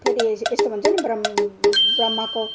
फेरि ए यस्तो भन्छ नि ब्रह्म ब्रह्मको